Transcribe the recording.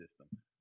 system